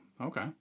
okay